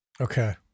Okay